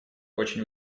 очень